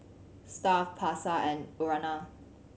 Stuff'd Pasar and Urana